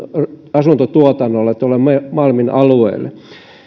asuntotuotannolle malmin alueelle